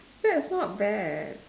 that's not bad